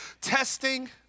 testing